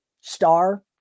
star